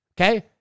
okay